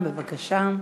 בבקשה.